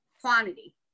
quantity